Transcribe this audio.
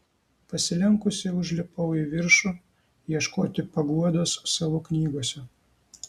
pasilenkusi užlipau į viršų ieškoti paguodos savo knygose